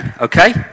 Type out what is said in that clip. Okay